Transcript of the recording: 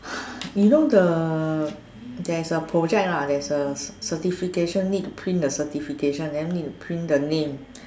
you know the there's a project lah there's a certification need to print the certification then need to print the name